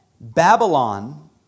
Babylon